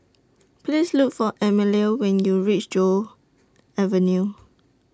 Please Look For Emelia when YOU REACH Joo Avenue